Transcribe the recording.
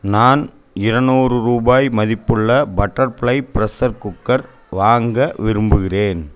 நான் இருநூறு ரூபாய் மதிப்புள்ள பட்டர்ஃபிளை ப்ரஷர் குக்கர் வாங்க விரும்புகிறேன்